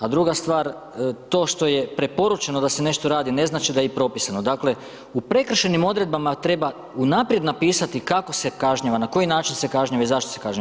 A druga stvar, to što je preporučeno da se nešto radi ne znači da je i propisano, dakle, u prekršajnim odredbama treba unaprijed napisati kako se kažnjava, na koji način se kažnjava i zašto se kažnjava.